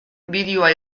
bideoa